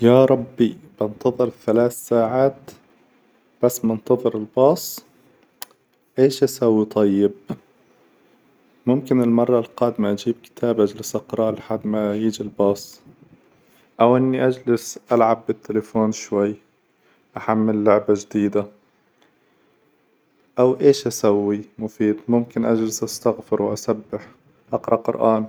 يا ربي، بانتظر ثلاث ساعات بس منتظر الباص، إيش أسوي طيب؟ ممكن المرة القادمة أجيب كتاب أجلس أقرأه لحد ما يجي الباص، أو إني أجلس ألعب بالتلفون شوي، أحمل لعبة جديدة، أو إيش أسوي مفيد؟ ممكن أجلس استغفر وأسبح، أقرأ قرآن.